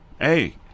Hey